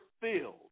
filled